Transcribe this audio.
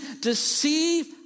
deceive